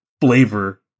flavor